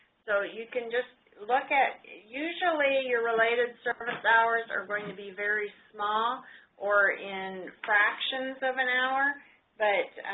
so you can just look at usually your related service hours are going to be very small or in fractions of an hour but